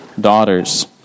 daughters